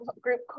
group